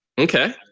Okay